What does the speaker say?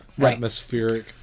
atmospheric